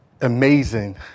amazing